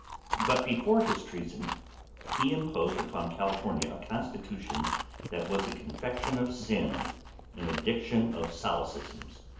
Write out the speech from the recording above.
but before his treason he imposed upon california a constitution that was a confection of sin in a diction of solecisms.